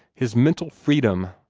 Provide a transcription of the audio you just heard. his mental freedom,